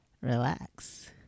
relax